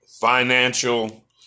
financial